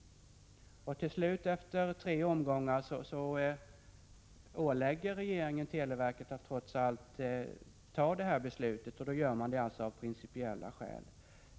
I det här fallet blev det efter tre omgångar så, att regeringen till slut ålade televerket att fatta beslutet om avslag, och televerket hänvisade som sagt då till principiella skäl.